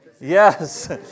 Yes